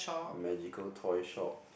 magical toy shop